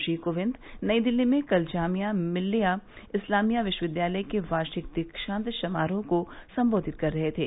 श्री कोविंद नई दिल्ली में कल जामिया मिल्लिया इस्लामिया विश्वविद्यालय के वार्षिक दीक्षांत समारोह को संबोधित कर रहे थे